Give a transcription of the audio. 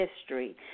history